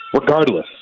regardless